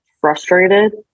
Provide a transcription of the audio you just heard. frustrated